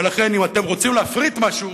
ולכן, אם אתם רוצים להפריט משהו,